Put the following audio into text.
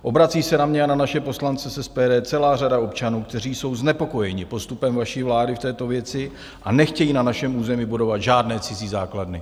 Obrací se na mě a na naše poslance z SPD celá řada občanů, kteří jsou znepokojeni postupem vaší vlády v této věci a nechtějí na našem území budovat žádné cizí základny.